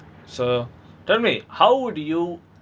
so tell me how would you